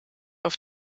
auf